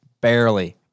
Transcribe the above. barely